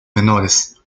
menores